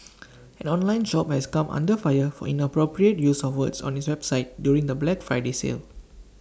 an online shop has come under fire for inappropriate use of words on its website during the Black Friday sale